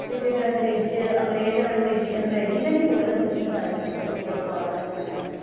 ते जेकर अंग्रे़ अंग्रेज अगर अंग्रेजी गै निं बोलन ते कि'यां पता चलना कि एह् कुतै फाररन जां